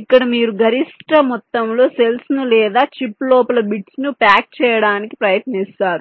ఇక్కడ మీరు గరిష్ట మొత్తంలో సెల్స్ ను లేదా చిప్ లోపల బిట్స్ ను ప్యాక్ చేయడానికి ప్రయత్నిస్తారు